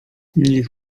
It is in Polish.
niech